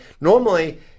normally